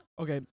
Okay